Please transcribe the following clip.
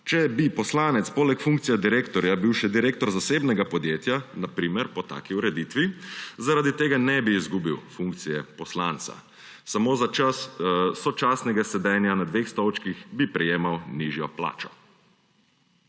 bi bil poslanec poleg funkcije še direktor zasebnega podjetja, na primer, po taki ureditvi zaradi tega ne bi izgubil funkcije poslanca. Samo za čas sočasnega sedenja na dveh stolčkih bi prejemal nižjo plačo.